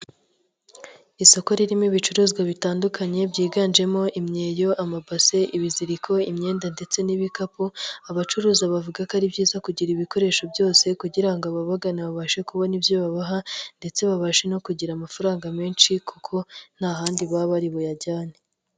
Isoko ririmo ibicuruzwa bitandukanye byiganjemo: imyeyo, amabase, ibiziriko, imyenda ndetse n'ibikapu, abacuruza bavuga ko ari byiza kugira ibikoresho byose kugira ngo ababagana babashe kubona ibyo babaha ndetse babashe no kugira amafaranga menshi kuko nta handi baba bari buyajyane.